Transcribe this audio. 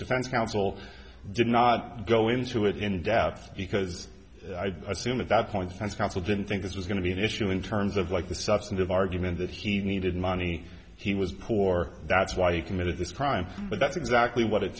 defense counsel did not go into it in depth because i assume at that point as counsel didn't think this was going to be an issue in terms of like the substantive argument that he needed money he was poor that's why he committed this crime but that's exactly what it